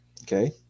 Okay